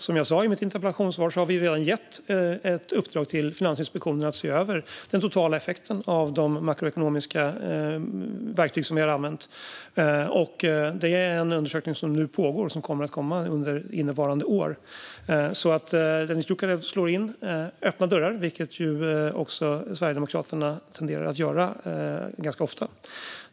Som jag sa i mitt interpellationssvar har vi redan gett i uppdrag till Finansinspektionen att se över den totala effekten av de makroekonomiska verktyg vi har använt, och det är en undersökning som nu pågår och som kommer att komma under innevarande år. Dennis Dioukarev slår alltså in öppna dörrar, vilket Sverigedemokraterna tenderar att göra ganska ofta.